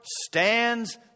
stands